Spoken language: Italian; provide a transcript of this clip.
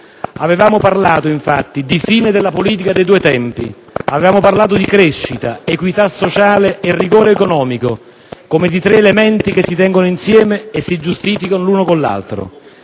Avevamo parlato, infatti, di fine della politica dei due tempi; avevamo parlato di crescita, equità sociale e rigore economico come di tre elementi che si tengono insieme e si giustificano l'uno con l'altro.